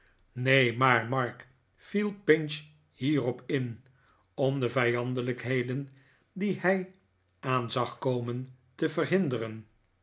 maar mark viel pinch hierop in om de vijandelijkheden die hij aan zag komen te verhinderen